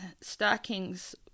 stockings